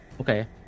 Okay